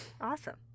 Awesome